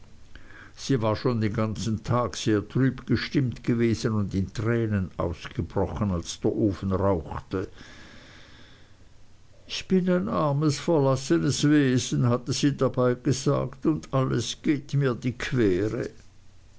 sie war schon den ganzen tag sehr trüb gestimmt gewesen und in tränen ausgebrochen als der ofen rauchte ich bin ein armes verlassenes wesen hatte sie dabei gesagt und alles geht mich die quere